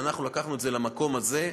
ואנחנו לקחנו את זה למקום הזה,